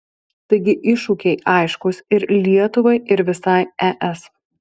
taigi iššūkiai aiškūs ir lietuvai ir visai es